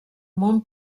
món